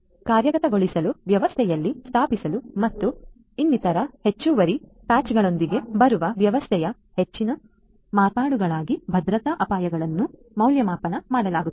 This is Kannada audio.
ಕಾರ್ಯಗತಗೊಳಿಸಲು ವ್ಯವಸ್ಥೆಯಲ್ಲಿ ಸ್ಥಾಪಿಸಲು ಮತ್ತು ಇನ್ನಿತರ ಹೆಚ್ಚುವರಿ ಪ್ಯಾಚ್ಗಳೊಂದಿಗೆ ಬರುವ ವ್ಯವಸ್ಥೆಯ ಹೆಚ್ಚಿನ ಮಾರ್ಪಾಡುಗಳಿಗಾಗಿ ಭದ್ರತಾ ಅಪಾಯಗಳನ್ನು ಮೌಲ್ಯಮಾಪನ ಮಾಡಲಾಗುತ್ತದೆ